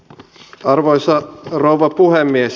arvoisa rouva puhemies